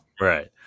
Right